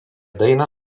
dainą